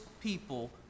people